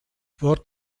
wort